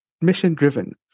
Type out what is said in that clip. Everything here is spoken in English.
mission-driven